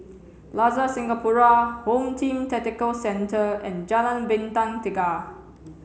Plaza Singapura Home Team Tactical Centre and Jalan Bintang Tiga